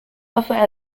other